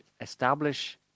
establish